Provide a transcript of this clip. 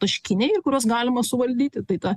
taškiniai ir kuriuos galima suvaldyti tai ta